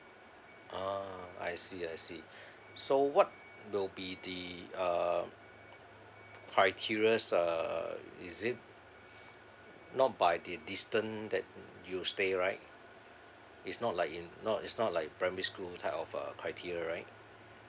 uh I see I see so what will be the uh criterias uh is it not by the distance that you stay right it's not like in not it's not like primary school type of uh criteria right